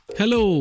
Hello